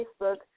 Facebook